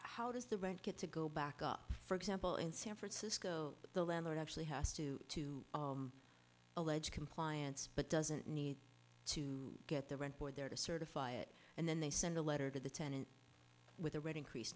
how does the rent get to go back up for example in san francisco the landlord actually has to to allege compliance but doesn't need to get the rent boy there to certify it and then they send a letter to the tenant with a red increase